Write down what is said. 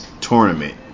tournament